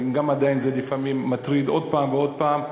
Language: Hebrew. וגם עדיין זה לפעמים מטריד עוד פעם ועוד פעם,